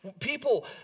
people